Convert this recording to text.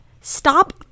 Stop